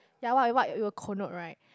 ya what what it will connote right